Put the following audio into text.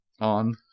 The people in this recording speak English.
On